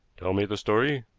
tell me the story.